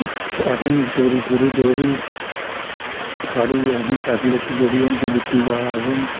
असें इस पूरी जेह्ड़ी थोह्ड़ी जो बी साढ़ी असेंई फैसीलिटी जेह्ड़ी होंदी दित्ती जा असेंई